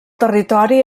territori